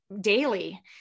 daily